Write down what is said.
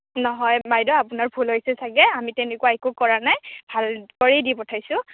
নহয় বাইদেউ আপোনাৰ ভুল হৈছে চাগে আমি তেনেকুৱা একো কৰা নাই ভালদৰেই দি পঠাইছোঁ